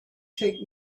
take